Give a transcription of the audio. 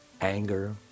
Anger